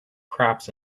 crops